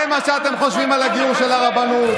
זה מה שאתם חושבים על הגיור של הרבנות.